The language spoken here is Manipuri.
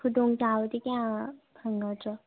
ꯈꯨꯗꯣꯡ ꯆꯥꯕꯗꯤ ꯀꯌꯥ ꯐꯪꯒꯗ꯭ꯔꯣ